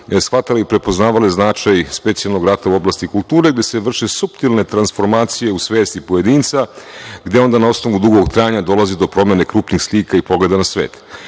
shvatale i prepoznavale značaj specijalnog rata u oblasti kulture, gde se vrše suptilne transformacije u svesti pojedinca, gde onda na osnovu dugog trajanja dolazi do promene krupnih slika i pogleda na